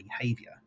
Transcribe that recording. behavior